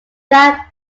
jack